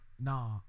Nah